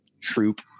troop